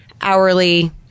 hourly